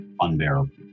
unbearable